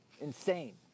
insane